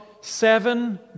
seven